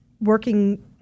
working